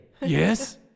Yes